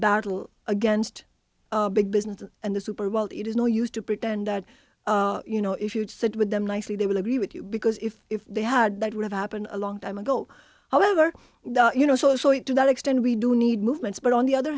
battle against big business and the super bowl it is no use to pretend that you know if you'd sit with them nicely they will agree with you because if if they had that would have happened a long time ago however you know so show it to that extent we do need movements but on the other